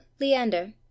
Leander